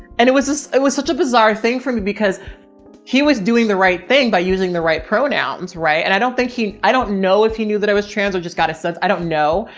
and it was, it was such a bizarre thing for me because he was doing the right thing by using the right pronouns. right. and i don't think he, i don't know if he knew that i was trans. i just got a sense, i don't know.